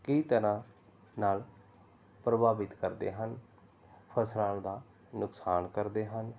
ਕਈ ਤਰ੍ਹਾਂ ਨਾਲ ਪ੍ਰਭਾਵਿਤ ਕਰਦੇ ਹਨ ਫਸਲਾਂ ਦਾ ਨੁਕਸਾਨ ਕਰਦੇ ਹਨ